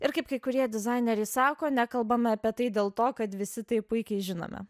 ir kaip kai kurie dizaineriai sako nekalbame apie tai dėl to kad visi tai puikiai žinome